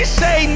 say